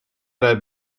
rijdt